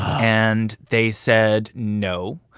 and they said no